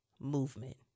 movement